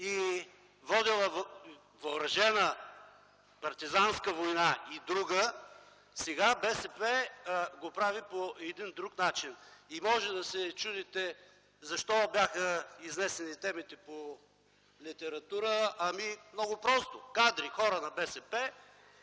и е водила партизанска и друга война, сега БСП го прави по един друг начин. Може да се чудите защо бяха изнесени темите по литература. Ами – много просто, кадри, хора на БСП